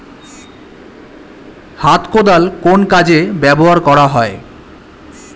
হাত কোদাল কোন কাজে ব্যবহার করা হয়?